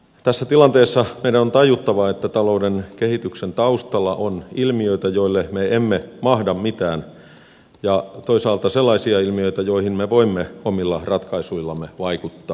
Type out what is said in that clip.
tässä tilanteessa meidän on tajuttava että talouden kehityksen taustalla on ilmiöitä joille me emme mahda mitään ja toisaalta sellaisia ilmiöitä joihin me voimme omilla ratkaisuillamme vaikuttaa